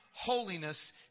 holiness